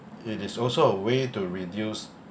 it is also a way to reduce